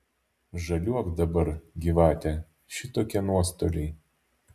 žaliuok dabar gyvate šitokie nuostoliai